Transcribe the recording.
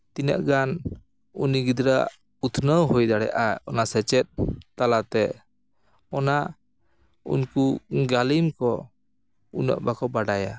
ᱛᱤᱱᱟᱹᱜ ᱜᱟᱱ ᱩᱱᱤ ᱜᱤᱫᱽᱨᱟᱹ ᱟᱜ ᱩᱛᱱᱟᱹᱣ ᱦᱩᱭ ᱫᱟᱲᱮᱭᱟᱜᱼᱟ ᱚᱱᱟ ᱥᱮᱪᱮᱫ ᱛᱟᱞᱟᱛᱮ ᱚᱱᱟ ᱩᱱᱠᱩ ᱜᱟᱹᱞᱤᱢ ᱠᱚ ᱩᱱᱟᱹᱜ ᱵᱟᱠᱚ ᱵᱟᱰᱟᱭᱟ